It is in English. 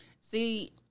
See